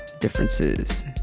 differences